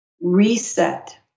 Reset